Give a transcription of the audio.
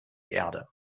erde